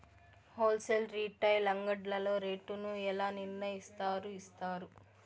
Whole sale retail అంగడ్లలో rate ను ఎలా నిర్ణయిస్తారు యిస్తారు?